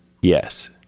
Yes